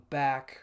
back